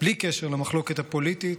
בלי קשר למחלוקת הפוליטית,